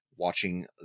watching